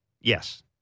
yes